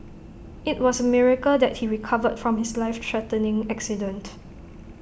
IT was A miracle that he recovered from his life threatening accident